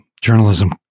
journalism